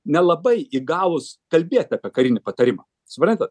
nelabai įgalūs kalbėt apie karinį patarimą suprantat